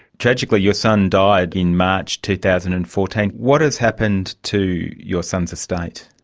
tragically your son died in march two thousand and fourteen. what has happened to your son's estate?